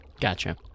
Gotcha